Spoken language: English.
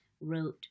wrote